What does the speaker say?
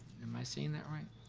am i saying that right?